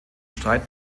streit